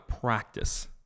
practice